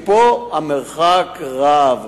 מפה המרחק רב.